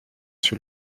sur